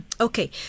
Okay